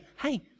hey